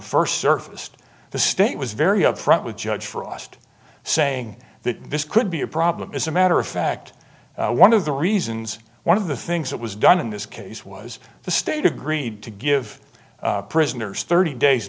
first surfaced the state was very up front with judge for us to saying that this could be a problem as a matter of fact one of the reasons one of the things that was done in this case was the state agreed to give prisoners thirty days